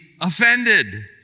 offended